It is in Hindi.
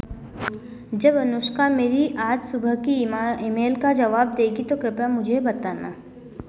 जब अनुष्का मेरी आज सुबह की इमा ई मेल का जवाब देगी तो कृपया मुझे बताना